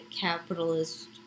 capitalist